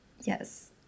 yes